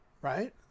Right